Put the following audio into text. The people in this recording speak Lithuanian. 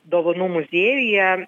dovanų muziejuje